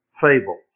fable